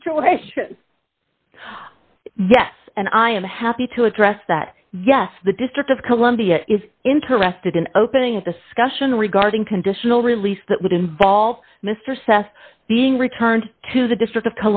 situation yes and i am happy to address that yes the district of columbia is interested in opening a discussion regarding conditional release that would involve mr sest being returned to the district of